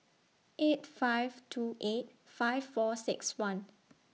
eight five two eight five four six one